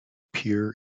peer